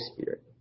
Spirit